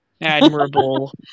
admirable